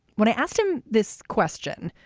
when i asked him this question,